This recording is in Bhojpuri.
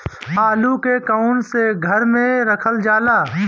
आलू के कवन से घर मे रखल जाला?